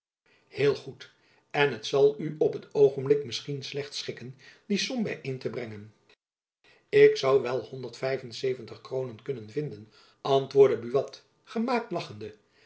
heel goed en het zal u op t oogenblik misschien slecht schikken die som byeen te brengen ik zoû wel honderd vijf en zeventig kroonen kunnen vinden antwoordde buat gemaakt lachende